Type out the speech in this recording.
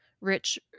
rich